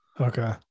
okay